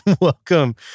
Welcome